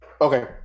Okay